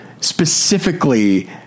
specifically